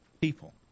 people